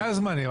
--- זמני.